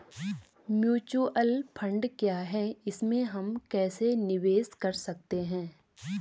Mutual fund क्या है इसमें हम कैसे निवेश कर सकते हैं?